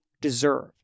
deserve